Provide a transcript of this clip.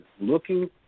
looking